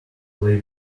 lay